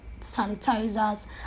sanitizers